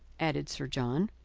added sir john.